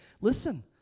Listen